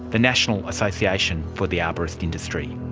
the national association for the arborist industry.